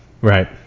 Right